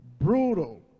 brutal